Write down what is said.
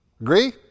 Agree